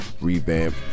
Revamp